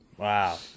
Wow